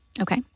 Okay